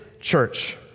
church